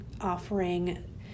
offering